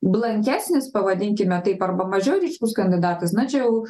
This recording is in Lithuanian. blankesnis pavadinkime taip arba mažiau ryškus kandidatas na čia jau